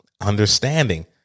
understanding